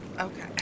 Okay